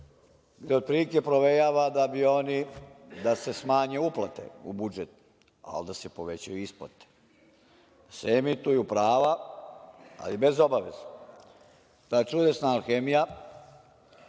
i otprilike provejava da se smanje uplate u budžet, ali da se povećaju isplate, da se emituju prava, ali bez obaveza. Ta čudesna alhemija